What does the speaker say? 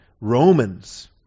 Romans